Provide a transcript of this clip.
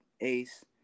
Ace